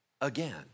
again